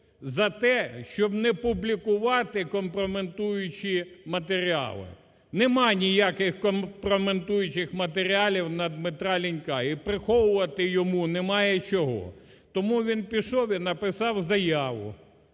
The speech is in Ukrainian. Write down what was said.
за те, щоб не публікувати компрометуючі матеріали. Нема ніяких компрометуючих матеріалів на Дмитра Лінька. І приховувати йому нема чого. Тому він пішов і написав заяву.